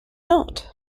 not